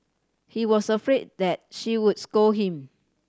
he was afraid that she would scold him